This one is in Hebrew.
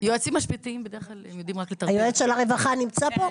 היועץ של הרווחה נמצא פה?